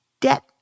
debt